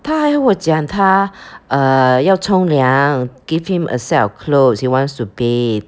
他还跟我讲他 err 要冲凉 give him a set of clothes he wants to bathe